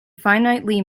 finitely